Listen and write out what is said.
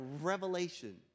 revelation